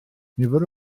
nifer